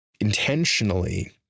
intentionally